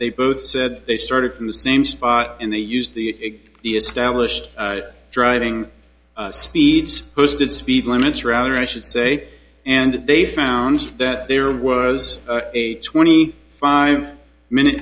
they both said they started from the same spot and they used the established driving speeds posted speed limits rather i should say and they found that there was a twenty five minute